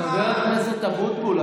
חבר הכנסת אבוטבול,